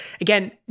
again